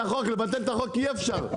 --- לבטל את החוק אי אפשר.